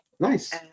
Nice